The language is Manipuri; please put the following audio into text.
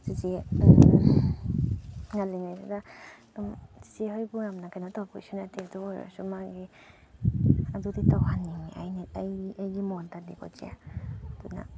ꯆꯦꯆꯦ ꯉꯜꯂꯤꯉꯩꯗꯨꯗ ꯑꯗꯨꯝ ꯆꯦꯆꯦ ꯍꯣꯏꯕꯨ ꯌꯥꯝꯅ ꯀꯩꯅꯣ ꯇꯧꯕꯩꯁꯨ ꯅꯠꯇꯦ ꯑꯗꯨꯑꯣꯏꯔꯁꯨ ꯃꯥꯒꯤ ꯑꯗꯨꯗꯤ ꯇꯧꯍꯟꯅꯤꯡꯉꯦ ꯑꯩꯒꯤ ꯃꯣꯠꯇꯗꯤꯀꯣ ꯆꯦ ꯑꯗꯨꯅ